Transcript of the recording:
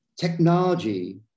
technology